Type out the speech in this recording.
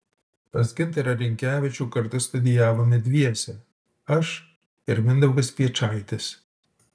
pas gintarą rinkevičių kartu studijavome dviese aš ir mindaugas piečaitis